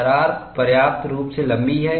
दरार पर्याप्त रूप से लंबी है